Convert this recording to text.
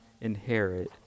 inherit